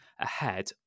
ahead